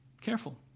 careful